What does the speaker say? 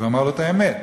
ואמר לו את האמת.